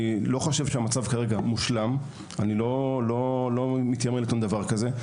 אני לא חושב שהמצב כרגע מושלם ולא מתיימר לטעון דבר כזה.